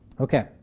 Okay